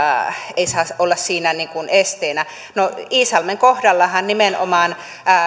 eivät saisi olla siinä esteenä no iisalmen kohdallahan nimenomaan